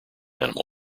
animal